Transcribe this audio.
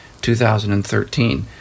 2013